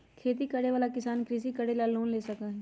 खेती करे वाला किसान कृषि करे ला लोन ले सका हई